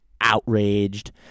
outraged